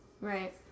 Right